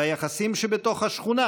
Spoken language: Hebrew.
ביחסים שבתוך השכונה,